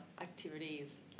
activities